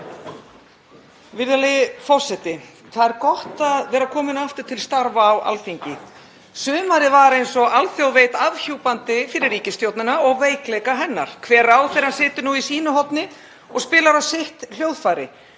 Virðulegi forseti. Það er gott að vera komin aftur til starfa á Alþingi. Sumarið var, eins og alþjóð veit, afhjúpandi fyrir ríkisstjórnina og veikleika hennar. Hver ráðherrann situr nú í sínu horni og spilar á sitt hljóðfæri.